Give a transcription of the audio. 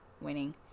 winning